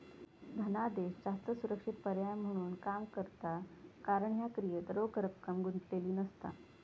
धनादेश जास्त सुरक्षित पर्याय म्हणून काम करता कारण ह्या क्रियेत रोख रक्कम गुंतलेली नसता